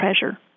pressure